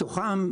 מתוכם,